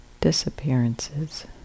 disappearances